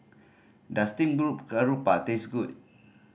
does steamed group garoupa taste good